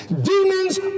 Demons